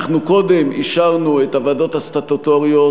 אנחנו קודם אישרנו את הוועדות הסטטוטוריות,